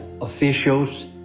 officials